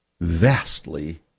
vastly